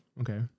Okay